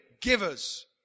givers